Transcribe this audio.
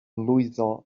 lwyddo